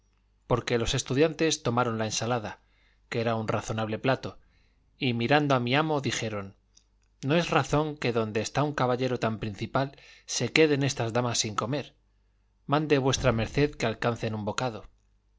porque los estudiantes tomaron la ensalada que era un razonable plato y mirando a mi amo dijeron no es razón que donde está un caballero tan principal se queden estas damas sin comer mande v md que alcancen un bocado